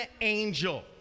angel